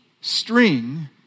string